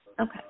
Okay